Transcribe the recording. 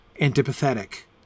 antipathetic